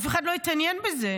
אף אחד לא התעניין בזה.